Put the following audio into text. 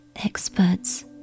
Experts